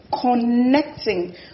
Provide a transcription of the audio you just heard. connecting